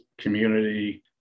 community